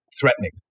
threatening